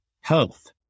Health